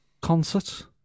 concert